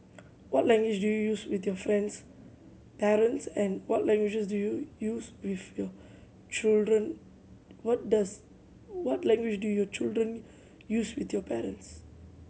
what language do you use with your friends parents and what language do you use with your children what does what language do your children use with your parents